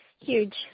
huge